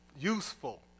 useful